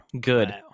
Good